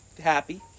happy